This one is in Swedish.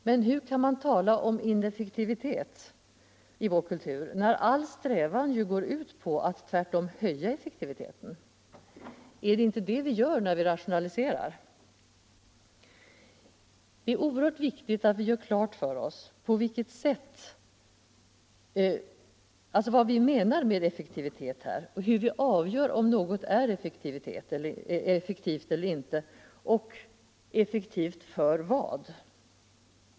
Men hur kan man tala om ineffektivitet i vår kultur när all strävan ju går ut på att tvärtom höja effektiviteten? Är det inte det vi gör när vi rationaliserar? Det är oerhört viktigt att vi gör klart för oss vad vi menar med effektivitet här och hur vi avgör om något är effektivt eller inte och för vad det är effektivt.